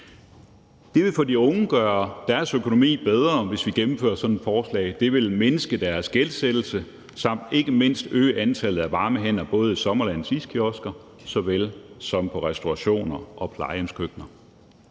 Det vil for de unge gøre deres økonomi bedre, hvis vi gennemfører sådan et forslag. Det vil mindske deres gældsættelse samt ikke mindst øge antallet af varme hænder i såvel sommerlandets iskiosker som i restaurationer og plejehjemskøkkener.